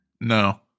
No